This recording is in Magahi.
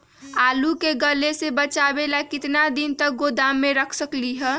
आलू के गले से बचाबे ला कितना दिन तक गोदाम में रख सकली ह?